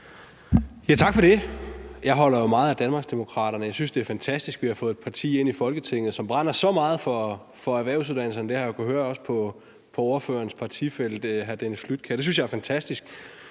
Tak for det. Jeg holder jo meget af Danmarksdemokraterne. Jeg synes, det er fantastisk, at vi har fået et parti ind i Folketinget, som brænder så meget for erhvervsuddannelserne. Det har jeg jo også kunnet høre på ordførerens partifælle hr. Dennis Flydtkjær. Det synes jeg er fantastisk,